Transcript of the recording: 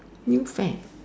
new fad